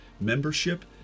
membership